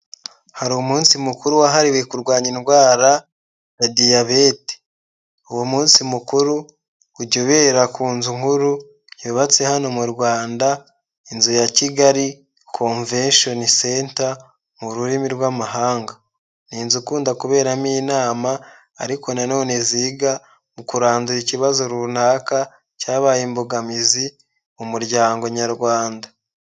Hari umunsi mukuru wahariwe kurwanya indwara ya Diyabete, uwo munsi mukuru ujya ubera ku nzu nkuru yubatse hano mu Rwanda, inzu ya Kigali Convention centre mu rurimi rw'amahanga, ni inzu ikunda kuberamo inama ariko nanone ziga mu kurandura ikibazo runaka cyabaye imbogamizi mu muryango nyarwanda.